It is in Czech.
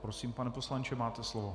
Prosím, pane poslanče, máte slovo.